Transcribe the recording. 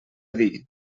dir